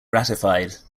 ratified